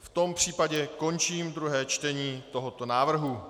V tom případě končím druhé čtení tohoto návrhu.